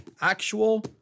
actual